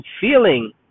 feeling